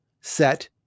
Set